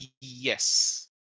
yes